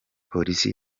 polisi